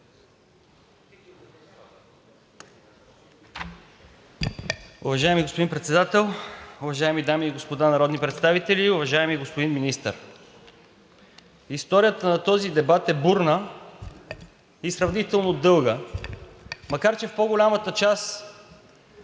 Уважаеми господин Председател, уважаеми дами и господа народни представители, уважаеми господин Министър! Историята на този дебат е бурна и сравнително дълга, макар че в по-голямата част